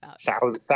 thousands